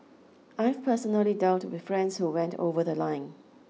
I've personally dealt with friends who went over the line